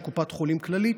של קופת חולים כללית,